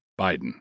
Biden